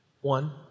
one